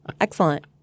Excellent